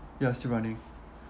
ya still running